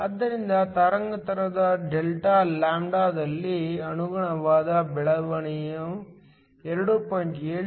ಆದ್ದರಿಂದ ತರಂಗಾಂತರದ ಡೆಲ್ಟಾ ಲ್ಯಾಂಬ್ಡಾದಲ್ಲಿ ಅನುಗುಣವಾದ ಬದಲಾವಣೆಯು 2